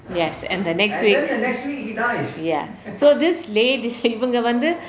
yes and the next week ya so this lady இவங்க வந்து:ivanga vanthu